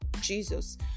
Jesus